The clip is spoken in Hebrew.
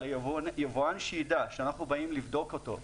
אבל יבואן שיידע שאנחנו באים לבדוק אותו,